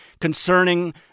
concerning